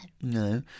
No